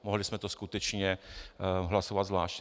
Mohli jsme to skutečně hlasovat zvlášť.